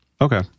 Okay